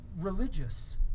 religious